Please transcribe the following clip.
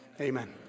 amen